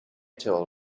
tool